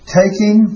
taking